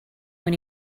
when